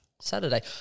Saturday